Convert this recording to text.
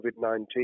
COVID-19